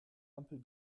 ampel